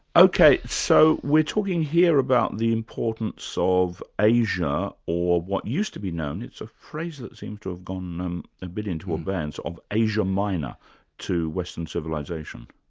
ok, so we're talking here about the importance so of asia or what used to be known, it's a phrase that seems to have um a bit into abeyance, of asia minor to western civilisation.